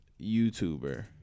YouTuber